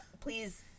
please